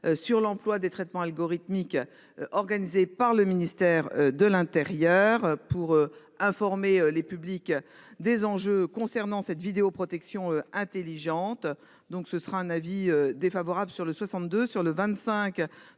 Sur l'emploi des traitements algorithmiques. Organisée par le ministère de l'Intérieur pour informer les publics des enjeux concernant cette vidéoprotection. Intelligente. Donc ce sera un avis défavorable sur le 62 sur le 25